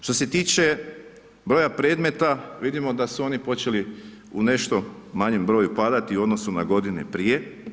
Što se tiče broja predmeta, vidimo da su oni počeli u nešto manjem broju padati u odnosu na godine prije.